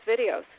videos